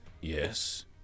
Yes